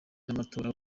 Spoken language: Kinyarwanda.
n’amatora